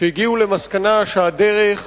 שהגיעו למסקנה שהדרך